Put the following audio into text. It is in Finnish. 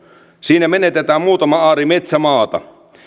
siinä menetetään muutama aari metsämaata